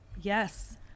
Yes